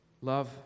Love